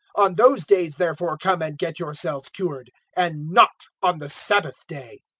on those days therefore come and get yourselves cured, and not on the sabbath day.